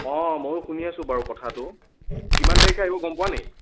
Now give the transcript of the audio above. অ' মইও শুনি আছোঁ বাৰু কথাটো কিমান তাৰিখে আহিব গম পোৱা নেকি